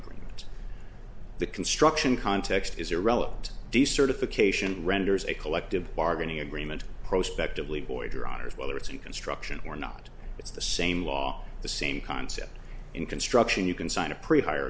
agreement the construction context is irrelevant decertification renders a collective bargaining agreement prospect of lee boyd or honors whether it's in construction or not it's the same law the same concept in construction you can sign a pre